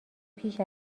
پیش